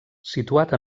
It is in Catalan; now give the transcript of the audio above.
situat